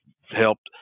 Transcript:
helped